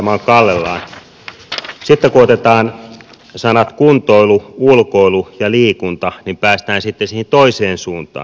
sitten kun otetaan sanat kuntoilu ulkoilu ja liikunta päästään sitten siihen toiseen suuntaan